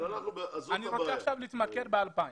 אני רוצה להתמקד עכשיו ב-2,000.